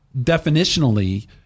definitionally